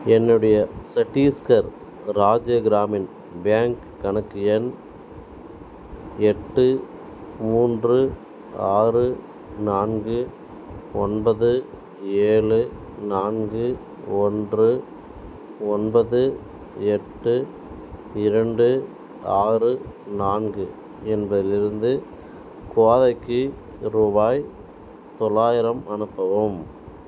என்னுடைய சட்தீஸ்கர் ராஜ்ய க்ராமின் பேங்க் கணக்கு எண் எட்டு மூன்று ஆறு நான்கு ஒன்பது ஏழு நான்கு ஒன்று ஒன்பது எட்டு இரண்டு ஆறு நான்கு என்பதிலிருந்து கோதைக்கு ரூபாய் தொள்ளாயிரம் அனுப்பவும்